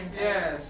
Yes